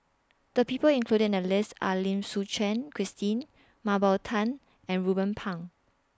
The People included in The list Are Lim Suchen Christine Mah Bow Tan and Ruben Pang